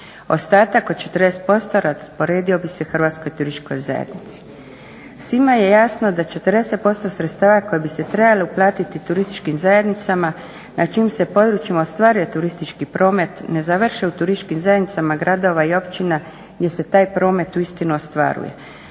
Ostatak od 40% rasporedio bi se Hrvatskoj turističkoj zajednici. Svima je jasno da 40% sredstava koja bi se trebala uplatit turističkim zajednicama na čijim se područjima ostvaruje turistički promet ne završe u turističkim zajednicama gradova i općina gdje se taj promet uistinu ostvaruje.